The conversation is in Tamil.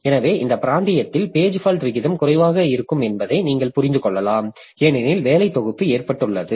எனவே இந்த பிராந்தியத்தில் பேஜ் ஃபால்ட் விகிதம் குறைவாக இருக்கும் என்பதை நீங்கள் புரிந்து கொள்ளலாம் ஏனெனில் வேலை தொகுப்பு ஏற்றப்பட்டுள்ளது